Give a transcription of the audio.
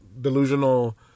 delusional